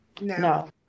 no